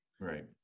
Right